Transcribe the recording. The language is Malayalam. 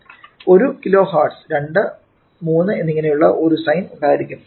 1 കിലോ ഹെർട്സ് 2 3 എന്നിങ്ങനെ ഒരു സൈൻ ഉണ്ടായിരിക്കും